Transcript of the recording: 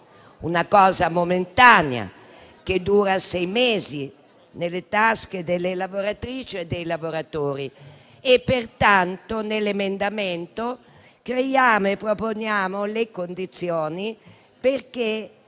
una cosa momentanea, che dura sei mesi nelle tasche delle lavoratrici e dei lavoratori. Pertanto, nell'emendamento, creiamo e proponiamo le condizioni perché